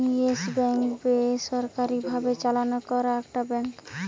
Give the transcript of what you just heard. yes Bank বেসরকারি ভাবে চালনা করা একটা ব্যাঙ্ক